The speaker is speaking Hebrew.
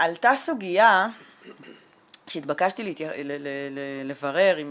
עלתה סוגיה שהתבקשתי לברר עם